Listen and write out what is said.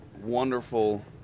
wonderful